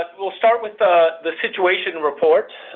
but we'll start with the the situation report.